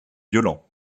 violent